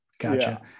Gotcha